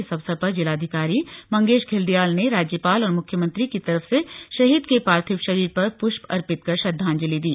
इस अवसर पर जिलाधिकारी मंगेष घिल्डियाल ने राज्यपाल और मुख्यमंत्री की तरफ से शहीद के पार्थिव शरीर पर पुष्प अर्पित कर श्रद्वाजंलि दी